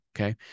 okay